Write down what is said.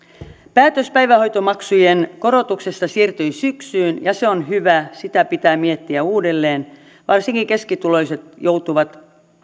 päätös päivähoitomaksujen korotuksesta siirtyi syksyyn ja se on hyvä sitä pitää miettiä uudelleen varsinkin keskituloiset joutuvat